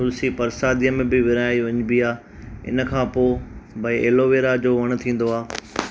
तुल्सी प्रसाद जे में बि विराही वञबी आहे हिन खां पोइ भई एलोवेरा जो वणु थींदो आहे